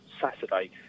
Saturday